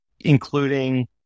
including